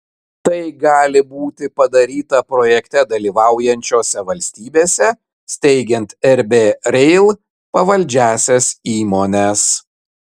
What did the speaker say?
tai gali būti padaryta projekte dalyvaujančiose valstybėse steigiant rb rail pavaldžiąsias įmones